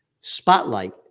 Spotlight